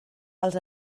els